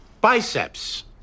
Biceps